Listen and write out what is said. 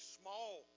small